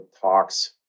talks